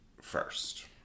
first